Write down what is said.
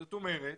זאת אומרת,